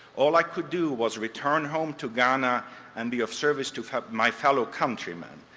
all i could do was return home to ghana and be of service to my fellow countrymen.